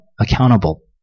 accountable